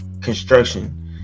construction